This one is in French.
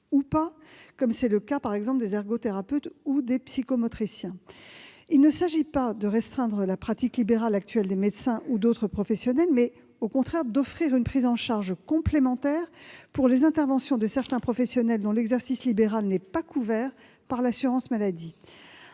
maladie, comme c'est le cas des ergothérapeutes ou des psychomotriciens. Il s'agit non de restreindre la pratique libérale actuelle des médecins ou d'autres professionnels, mais, au contraire, d'offrir une prise en charge complémentaire pour les interventions de certains professionnels dont l'exercice libéral n'est pas couvert par l'assurance maladie.